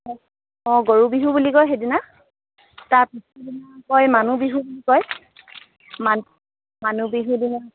অঁ গৰু বিহু বুলি কয় সেইদিনা তাৰ পিছদিনা কয় মানুহ বিহু বুলি কয় মানুহ বিহু দিনা